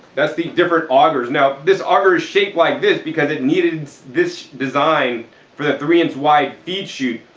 that's the different augers. now this auger is shaped like this because it needed this design for the three inch wide feed chute,